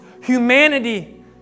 humanity